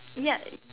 ya